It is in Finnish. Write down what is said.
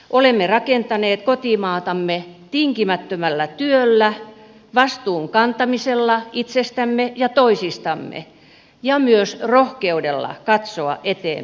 olemme rakentaneet kotimaatamme tinkimättömällä työllä vastuun kantamisella itsestämme ja toisistamme ja myös rohkeudella katsoa eteenpäin